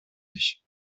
sich